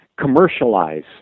commercialize